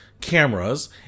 cameras